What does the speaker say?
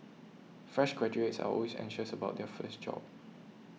fresh graduates are always anxious about their first job